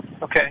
Okay